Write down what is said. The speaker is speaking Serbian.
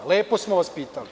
Lepo smo vas pitali.